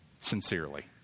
sincerely